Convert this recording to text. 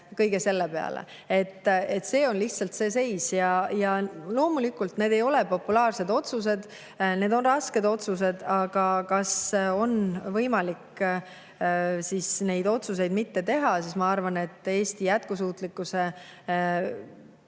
kõige selle eelarve. Selline seis lihtsalt on. Ja loomulikult, need ei ole populaarsed otsused, need on rasked otsused. Aga kas on võimalik neid otsuseid mitte teha? Ma arvan, et Eesti jätkusuutlikkuse